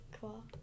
Cool